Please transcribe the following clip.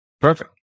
Perfect